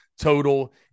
total